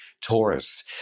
Taurus